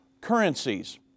currencies